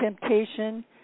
temptation